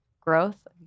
growth